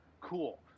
Cool